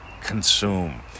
Consume